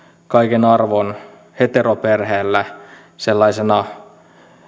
kaiken arvon heteroperheelle sellaisena